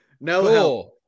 no